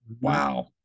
wow